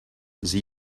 zie